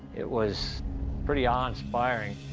it was pretty awe-inspiring.